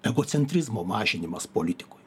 egocentrizmo mažinimas politikoj